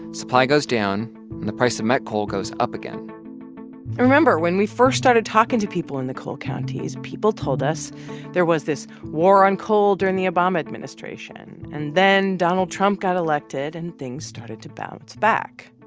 supply goes down and the price of met coal goes up again and remember, when we first started talking to people in the coal counties, people told us there was this war on coal during the obama administration. and then donald trump got elected and things started to bounce back.